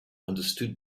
understood